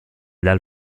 dal